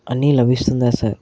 అన్ని లభిస్తుందా సార్